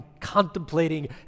contemplating